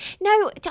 no